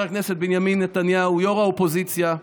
חבר הכנסת בנימין נתניהו, ראש האופוזיציה,